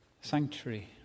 sanctuary